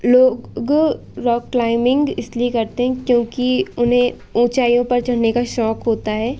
लोग go rock climbing इसलिए करते हैं क्योंकि उन्हें ऊँचाइयों पर चढ़ने का शौक होता है